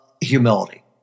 humility